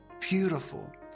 beautiful